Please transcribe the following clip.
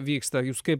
vyksta jūs kaip